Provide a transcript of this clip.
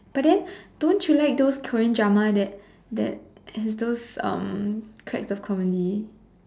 but then don't you like those Korean drama that that have those character comedy